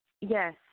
yes